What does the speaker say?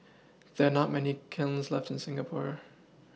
there are not many kilns left in Singapore